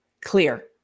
clear